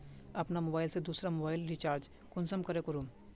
अपना मोबाईल से दुसरा मोबाईल रिचार्ज कुंसम करे करूम?